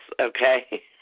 okay